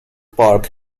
park